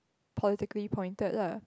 politically pointed lah